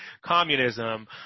communism